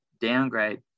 downgrade